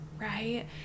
right